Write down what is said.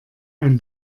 ein